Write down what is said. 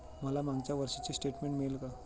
मला मागच्या वर्षीचे स्टेटमेंट मिळेल का?